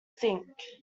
think